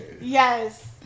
Yes